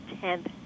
tenth